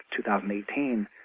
2018